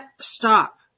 stop